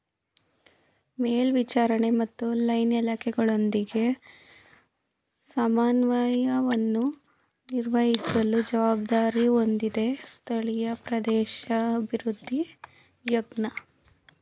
ಮೇಲ್ವಿಚಾರಣೆ ಮತ್ತು ಲೈನ್ ಇಲಾಖೆಗಳೊಂದಿಗೆ ಸಮನ್ವಯವನ್ನು ನಿರ್ವಹಿಸುವ ಜವಾಬ್ದಾರಿ ಹೊಂದಿದೆ ಸ್ಥಳೀಯ ಪ್ರದೇಶಾಭಿವೃದ್ಧಿ ಯೋಜ್ನ